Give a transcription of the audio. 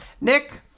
nick